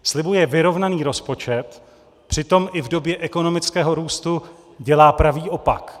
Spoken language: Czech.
Slibuje vyrovnaný rozpočet, přitom i v době ekonomického růstu dělá pravý opak.